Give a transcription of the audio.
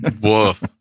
Woof